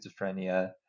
schizophrenia